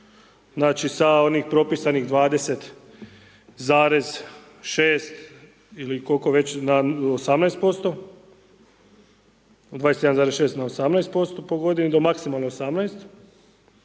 znači sa onih propisanih 20,6 ili koliko već na 18% po godini do maksimalno 18,